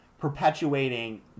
perpetuating